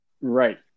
Right